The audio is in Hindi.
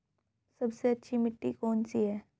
सबसे अच्छी मिट्टी कौन सी है?